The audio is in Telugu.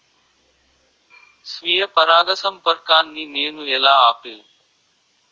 స్వీయ పరాగసంపర్కాన్ని నేను ఎలా ఆపిల్?